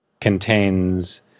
contains